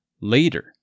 later